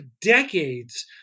decades